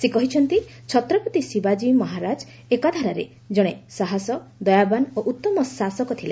ସେ କହିଛନ୍ତି ଛତ୍ପତି ଶିବାଜୀ ମହାରାଜ ଏକାଧାରରେ ଜଣେ ସାହସ ଦୟାବାନ ଓ ଉତ୍ତମ ଶାସକ ଥିଲେ